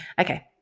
Okay